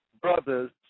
brothers